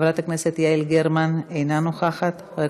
חברת הכנסת יעל גרמן, אינה נוכחת.